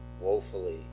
woefully